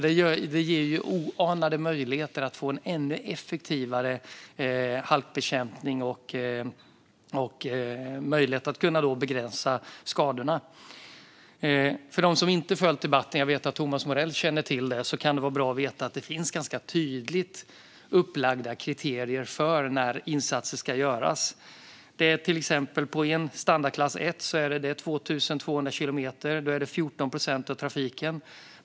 Det ger oanade möjligheter att få en ännu effektivare halkbekämpning och möjlighet att kunna begränsa skadorna. För dem som inte följt debatten, och jag vet att Thomas Morell känner till det, kan det vara bra att veta att det finns ganska tydligt upplagda kriterier för när insatser ska göras. Standardklass 1 är till exempel 2 200 kilometer. Det är 14 procent av trafiken.